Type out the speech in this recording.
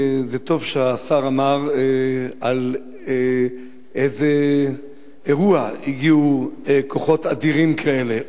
זה טוב שהשר אמר לאיזה אירוע הגיעו כוחות אדירים כאלה,